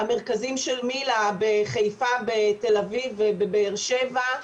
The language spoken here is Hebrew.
המרכזים של מיל"ה בחיפה ותל אביב ובבאר שבע,